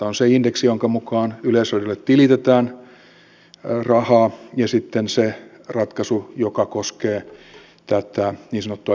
on se indeksi jonka mukaan yleisradiolle tilitetään rahaa ja sitten se ratkaisu joka koskee tätä niin sanottua yle veroa